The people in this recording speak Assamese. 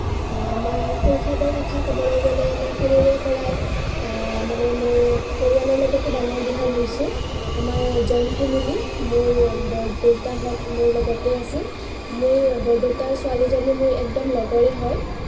মই শৈশৱৰ কথা ক'বলৈ গ'লে মই সৰুৰে পৰাই মানে মোৰ পৰিয়ালৰ লগতেই ডাঙৰ দীঘল হৈছোঁ আমাৰ জইণ্ট ফেমিলী মোৰ বৰদেউতাহঁত মোৰ লগতেই আছিল মোৰ বৰদেউতাৰ ছোৱালীজনী মোৰ একদম লগৰে হয়